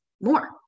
more